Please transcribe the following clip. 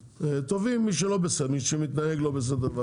תובעים מי שלא בסדר, מי שמתנהג לא בסדר.